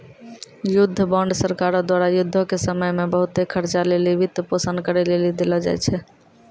युद्ध बांड सरकारो द्वारा युद्धो के समय मे बहुते खर्चा लेली वित्तपोषन करै लेली देलो जाय छै